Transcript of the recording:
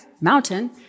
mountain